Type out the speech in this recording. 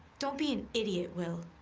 don't be an idiot, will.